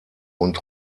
und